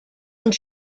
und